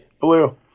Blue